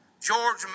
George